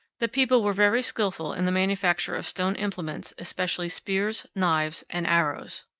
the people were very skillful in the manufacture of stone implements, especially spears, knives, and arrows.